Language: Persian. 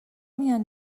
میان